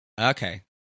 Okay